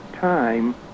time